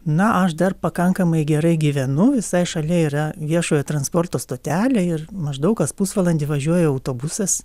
na aš dar pakankamai gerai gyvenu visai šalia yra viešojo transporto stotelė ir maždaug kas pusvalandį važiuoja autobusas